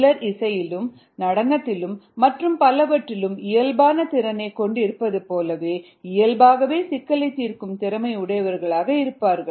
சிலர் இசையிலும் நடனத்திலும் மற்றும் பலவற்றிலும் இயல்பான திறனைக் கொண்டு இருப்பதுபோலவே இயல்பாகவே சிக்கலைத் தீர்க்கும் திறமை உடையவர்களாக இருப்பார்கள்